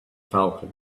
falcon